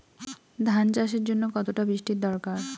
ধান চাষের জন্য কতটা বৃষ্টির দরকার?